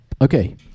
Okay